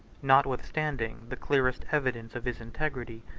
notwithstanding the clearest evidence of his integrity,